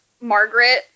Margaret